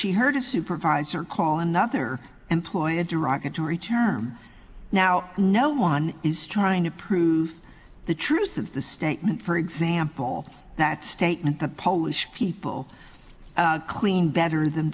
she heard a supervisor call another employee a derogatory term now no one is trying to prove the truth of the statement for example that statement the polish people clean better than